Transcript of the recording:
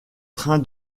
train